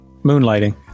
Moonlighting